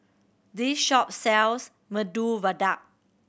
this shop sells Medu Vada